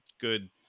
good